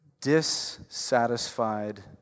dissatisfied